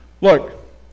Look